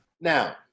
Now